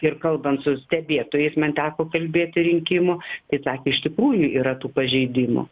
ir kalbant su stebėtojais man teko kalbėti rinkimų tai sakė iš tikrųjų yra tų pažeidimų